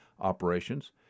operations